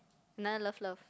another love love